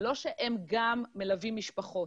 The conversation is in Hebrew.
זה לא שהם גם מלווים משפחות.